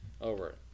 over